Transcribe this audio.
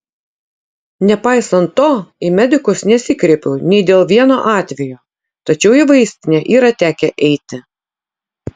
nepaisant to į medikus nesikreipiau nei dėl vieno atvejo tačiau į vaistinę yra tekę eiti